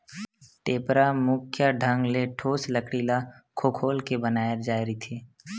टेपरा मुख्य ढंग ले ठोस लकड़ी ल खोखोल के बनाय जाय रहिथे